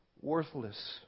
Worthless